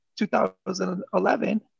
2011